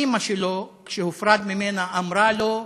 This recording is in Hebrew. ואימא שלו, שכשהופרד ממנה אמרה לו: